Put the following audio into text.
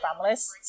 families